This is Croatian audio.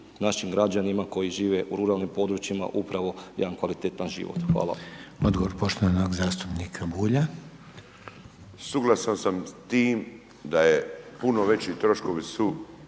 našim građanima koji žive u ruralnim područjima upravo jedan kvalitetan život. Hvala. **Reiner, Željko (HDZ)** Odgovor poštovanog zastupnika Bulja. **Bulj, Miro (MOST)** Suglasan sam s tim da je puno veći troškovi su